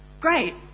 Great